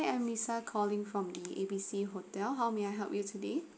I'm lisa calling from the A B C hotel how may I help you today